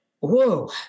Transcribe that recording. whoa